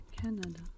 Canada